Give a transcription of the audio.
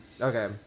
okay